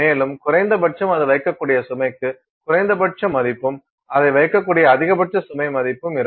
மேலும் குறைந்தபட்சம் அது வைக்கக்கூடிய சுமைக்கு குறைந்தபட்ச மதிப்பும் அதை வைக்கக்கூடிய அதிகபட்ச சுமை மதிப்பும் இருக்கும்